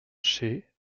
chaix